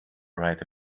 write